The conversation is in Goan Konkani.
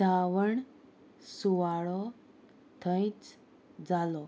उक्तावण सुवाळो थंयच जालो